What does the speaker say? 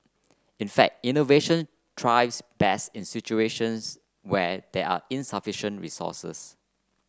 in fact innovation thrives best in situations where there are insufficient resources